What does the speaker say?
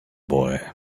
boy